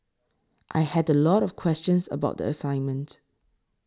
I had a lot of questions about the assignment